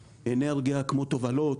באנרגיה, בתובלה,